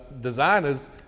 designers